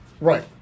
Right